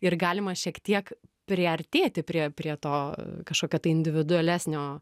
ir galima šiek tiek priartėti prie prie to kažkokia tai individualesnio